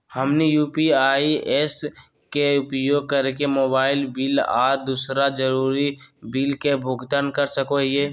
हमनी UPI apps के उपयोग करके मोबाइल बिल आ दूसर जरुरी बिल के भुगतान कर सको हीयई